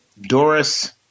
Doris